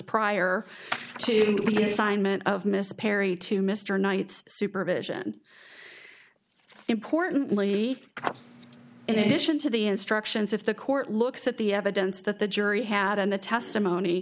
prior to the assignment of mr perry to mr knight's supervision importantly in addition to the instructions if the court looks at the evidence that the jury had and the testimony